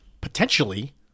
potentially